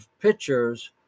pictures